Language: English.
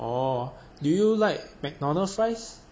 orh do you like Mcdonald's fries